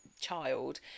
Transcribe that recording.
child